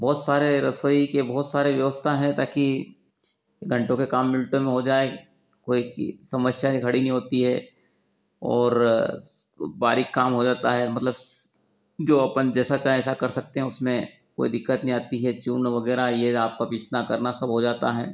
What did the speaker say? बहुत सारे रसोई के बहुत सारे व्यवस्था हैं ताकि घंटों के काम मिनटों में हो जाएं कोई कि समस्या खड़ी नहीं होती है और बारीक काम हो जाता है मतलब जो अपन जैसा चाहे ऐसा कर सकते हैं उसमें कोई दिक्कत नहीं आती है चूर्ण वगैरह ये आपका पीसना करना सब हो जाता है